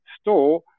store